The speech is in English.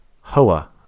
HOA